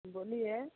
बोलिए